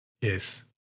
Yes